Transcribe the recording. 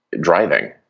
driving